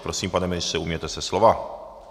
Prosím, pane ministře, ujměte se slova.